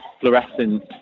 fluorescent